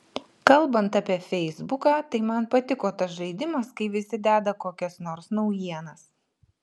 kalbant apie feisbuką tai man patiko tas žaidimas kai visi deda kokias nors naujienas